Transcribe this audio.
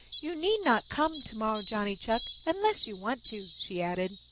you need not come tomorrow, johnny chuck, unless you want to, she added.